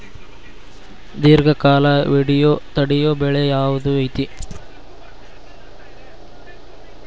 ದೇರ್ಘಕಾಲ ತಡಿಯೋ ಬೆಳೆ ಯಾವ್ದು ಐತಿ?